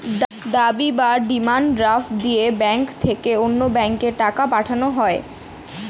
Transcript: দাবি বা demand draft দিয়ে ব্যাংক থেকে অন্য ব্যাংকে টাকা পাঠানো হয়